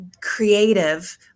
creative